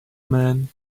man